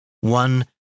one